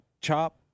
chop